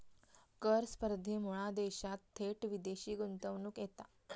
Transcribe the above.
कर स्पर्धेमुळा देशात थेट विदेशी गुंतवणूक येता